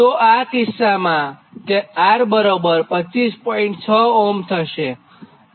તોઆ કિસ્સામાં R25